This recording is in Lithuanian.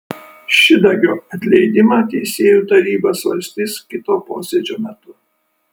šidagio atleidimą teisėjų taryba svarstys kito posėdžio metu